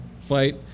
fight